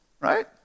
Right